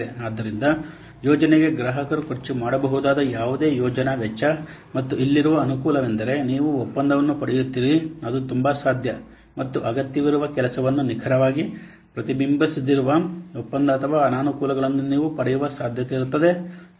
ಆದ್ದರಿಂದ ಯೋಜನೆಗೆ ಗ್ರಾಹಕರು ಖರ್ಚು ಮಾಡಬಹುದಾದ ಯಾವುದೇ ಯೋಜನಾ ವೆಚ್ಚ ಮತ್ತು ಇಲ್ಲಿರುವ ಅನುಕೂಲವೆಂದರೆ ನೀವು ಒಪ್ಪಂದವನ್ನು ಪಡೆಯುತ್ತೀರಿ ಅದು ತುಂಬಾ ಸಾಧ್ಯ ಮತ್ತು ಅಗತ್ಯವಿರುವ ಕೆಲಸವನ್ನು ನಿಖರವಾಗಿ ಪ್ರತಿಬಿಂಬಿಸದಿರುವ ಒಪ್ಪಂದ ಮತ್ತು ಅನಾನುಕೂಲಗಳನ್ನು ನೀವು ಪಡೆಯುವ ಸಾಧ್ಯತೆಯಿರುತ್ತದೆ